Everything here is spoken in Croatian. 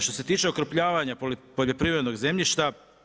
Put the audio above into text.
Što se tiče okrupnjavanja poljoprivrednog zemljišta.